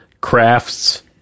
crafts